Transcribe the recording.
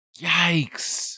Yikes